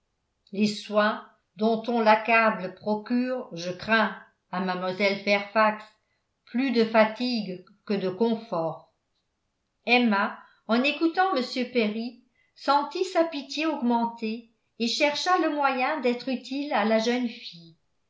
les soins dont on l'accable procurent je crains à mlle fairfax plus de fatigue que de confort emma en écoutant m perry sentit sa pitié augmenter et chercha le moyen d'être utile à la jeune fille